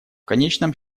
конечном